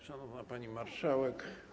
Szanowna Pani Marszałek!